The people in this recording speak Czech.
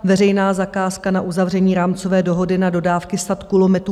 Veřejná zakázka na uzavření rámcové dohody na dodávky sad kulometů